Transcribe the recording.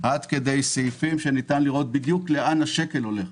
עד כדי סעיפים שניתן לראות בדיוק לאן השקל הולך.